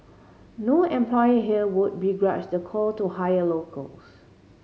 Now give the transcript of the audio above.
no employer here would begrudge the call to hire locals